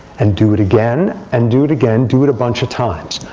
and do it again, and do it again. do it a bunch of times.